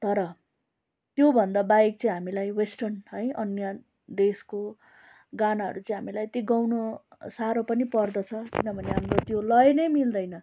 तर त्योभन्दा बाहेक चाहिँ हामीलाई वेस्टर्न है अन्य देशको गानाहरू चाहिँ हामीलाई यति गाउनु साह्रो पनि पर्दछ किनभने हाम्रो त्यो लय नै मिल्दैन